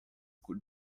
could